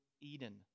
Eden